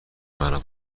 مرا